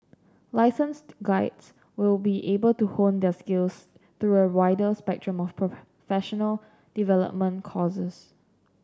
licensed guides will be able to hone their skills through a wider spectrum of professional development courses